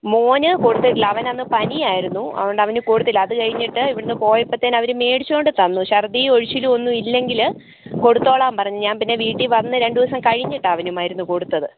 മോൻ കൊടുത്തിട്ടില്ല അവനന്ന് പനിയായിരുന്നു അതുകൊണ്ടവന് കൊടുത്തില്ല അതുകഴിഞ്ഞിട്ട് ഇവിടുന്ന് പോയപതെന്നു അവര് മേടിച്ചുകൊണ്ടതന്നു ശർദിയും ഒഴിച്ചിലുമൊന്നും ഇല്ലെങ്കില് കൊടുത്തോളാൻ പറഞ്ഞു ഞാൻ പിന്നെ വീട്ടിൽ വന്ന് രണ്ടു ദിവസം കഴിഞ്ഞിട്ടാണ് അവനു മരുന്ന് കൊടുത്തത്